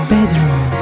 bedroom